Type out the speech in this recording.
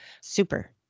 super